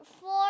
four